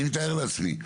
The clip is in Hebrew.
אני מתאר לעצמי.